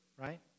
right